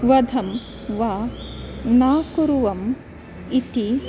वधं वा नाकुर्वम् इति